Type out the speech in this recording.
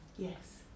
Yes